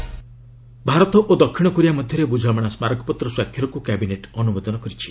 cabinet Bharat ଓ ଦିକ୍ଷିଣ Korea ମଧ୍ୟରେ ବୁଝାମଣା ସ୍କାରକ ପତ୍ର ସ୍ୱାକ୍ଷରକୁ କ୍ୟାବିନେଟ୍ ଅନୁମୋଦନ କରିଛି